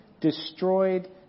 destroyed